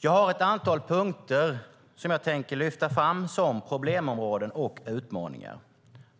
Jag har ett antal punkter som jag tänkte lyfta fram som problemområden och utmaningar,